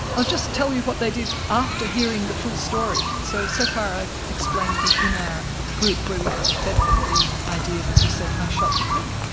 i'll just tell you what they did after hearing the full story. so, so far i've explained that in our group where we fed them the idea that he said, i shot the prick,